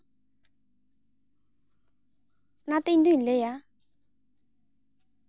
ᱚᱱᱟ ᱛᱮ ᱤᱧᱫᱚᱹᱧ ᱞᱟᱹᱭᱟ